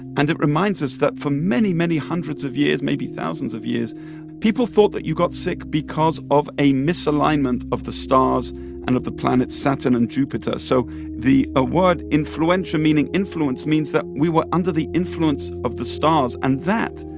and it reminds us that for many, many hundreds of years maybe thousands of years people thought that you got sick because of a misalignment of the stars and of the planets saturn and jupiter. so the ah word influenza, meaning influence, means that we were under the influence of the stars, and that,